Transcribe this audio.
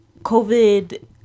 covid